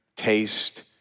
Taste